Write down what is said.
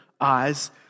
eyes